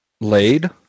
Laid